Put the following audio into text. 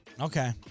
Okay